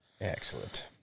Excellent